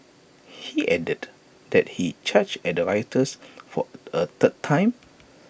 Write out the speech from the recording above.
he added that he charged at the rioters for A third time